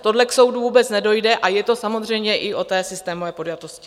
Tohle k soudu vůbec nedojde, a je to samozřejmě i o té systémové podjatosti.